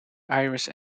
irish